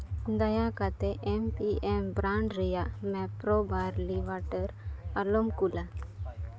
ᱫᱟᱭᱟ ᱠᱟᱛᱮᱫ M P M brand ᱨᱮᱭᱟᱜ ᱢᱮᱯᱨᱳ ᱵᱟᱨᱞᱤ ᱚᱣᱟᱴᱟᱨ ᱟᱞᱚᱢ ᱠᱳᱞᱟ